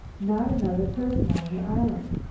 not another person on the island.